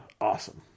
Awesome